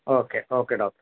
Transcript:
okay okay doctor